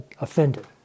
offended